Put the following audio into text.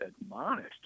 admonished